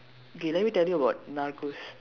okay let me tell you about Narcos